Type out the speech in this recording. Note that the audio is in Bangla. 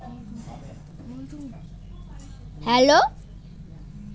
এক বিঘে জমিতে ফুলকপি চাষে খরচ?